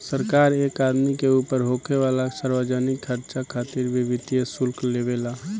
सरकार एक आदमी के ऊपर होखे वाला सार्वजनिक खर्चा खातिर भी वित्तीय शुल्क लेवे ला